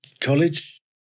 college